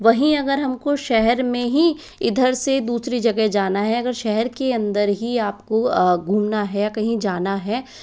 वहीं अगर हमको शहर में ही इधर से दूसरी जगह जाना है अगर शहर की अंदर ही आपको घूमना है या कहीं जाना है